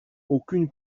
aucune